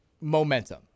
momentum